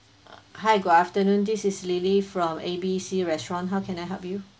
hi good afternoon this is lily from ABC restaurant how can I help you